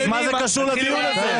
אז מה זה קשור לדיון הזה?